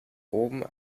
oben